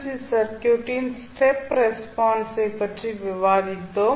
C சர்க்யூட்டின் step response பற்றி விவாதித்தோம்